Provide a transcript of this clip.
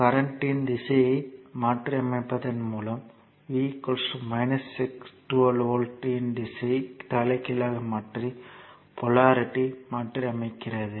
கரண்ட்யின் திசையை மாற்றியமைப்பதன் மூலம் V 12 வோல்ட் இன் திசையை தலைகீழாக மாற்றி போலாரிட்டியும் மாற்றி அமைகிறது